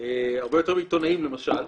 הרבה יותר מעיתונאים למשל.